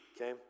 Okay